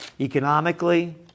Economically